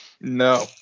No